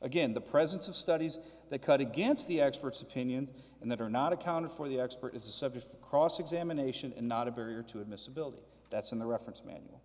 again the presence of studies that cut against the expert's opinion and that are not accounted for the expert is the subject of cross examination and not a barrier to admissibility that's in the reference manual